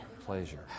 pleasure